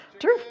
true